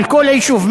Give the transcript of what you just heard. אבל כל היישוב,